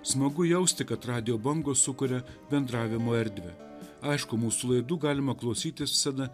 smagu jausti kad radijo bangos sukuria bendravimo erdvę aišku mūsų laidų galima klausytis visada